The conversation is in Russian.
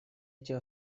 эти